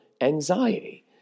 anxiety